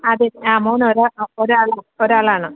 അതെ ആ ഒരാൾ ഒരാളാണ്